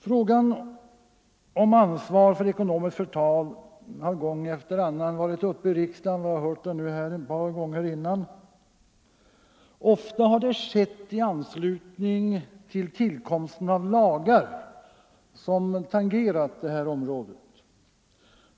Frågan om ansvar för ekonomiskt förtal har gång efter annan varit uppe till behandling i riksdagen. Ofta har det skett i anslutning till tillkomsten av lagar som tangerat detta område.